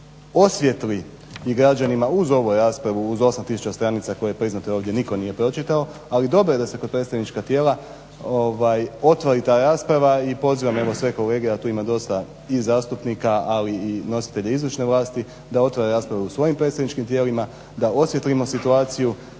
osvijetli i građanima uz ovu raspravu, uz 8 tisuća stranica koje priznajte ovdje nitko nije pročitao, ali dobro je da se kod predstavnička tijela otvori ta rasprava i pozivam evo sve kolege, a tu ima dosta i zastupnika, ali i nositelja izvršne vlasti, da otvore raspravu u svojim predstavničkim tijelima da osvijetlimo situaciju